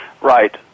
Right